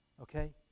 Okay